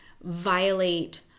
violate